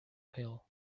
hill